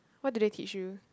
what do they teach you